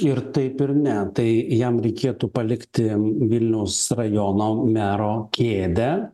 ir taip ir ne tai jam reikėtų palikti vilniaus rajono mero kėdę